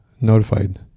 notified